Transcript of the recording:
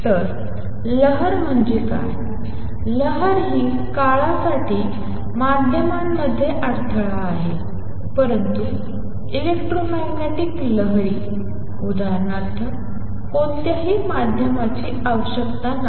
तर लहर म्हणजे काय लहर ही काही काळासाठी माध्यमांमध्ये अडथळा आहे परंतु इलेक्ट्रोमॅग्नेटिक लहरी उदाहरणार्थ कोणत्याही माध्यमाची आवश्यकता नाही